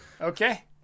Okay